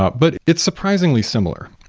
ah but it's surprisingly similar.